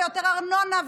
ויותר ארנונה,